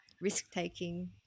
risk-taking